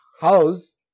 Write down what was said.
house